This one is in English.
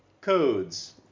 Codes